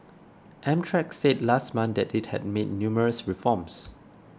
Amtrak said last month that it had made numerous reforms